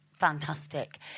fantastic